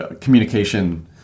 communication